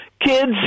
kids